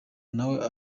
nawe